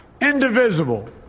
indivisible